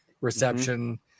reception